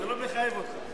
זה לא מחייב אותך.